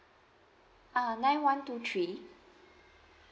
uh nine one two three